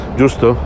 giusto